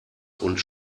und